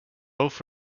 both